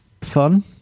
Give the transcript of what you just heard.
fun